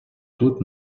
тут